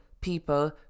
people